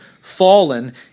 fallen